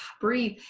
breathe